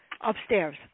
upstairs